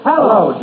Hello